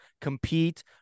compete